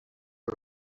per